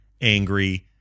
angry